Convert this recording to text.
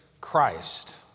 Christ